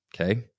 okay